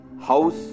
house